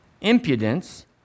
impudence